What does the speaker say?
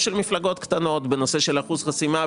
של מפלגות קטנות בנושא של אחוז חסימה,